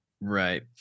Right